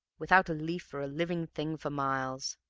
without a leaf or a living thing for miles.